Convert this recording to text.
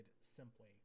simply